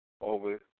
over